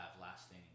lasting